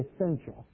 essential